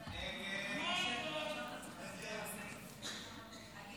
תשעה נגד, אחד בעד, אחד